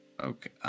okay